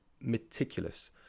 meticulous